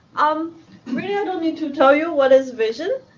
um really yeah don't need to tell you what is vision.